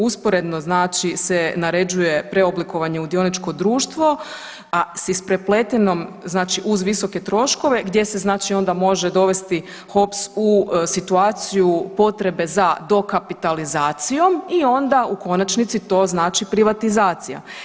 Usporedno znači se naređuje preoblikovanje u dioničko drugo, a s isprepletenom znači uz visoke troškove gdje se znači onda može dovesti HOPS u situaciju potrebe za dokapitalizacijom i onda u konačnici to znači privatizacija.